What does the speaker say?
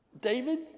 David